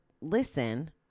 listen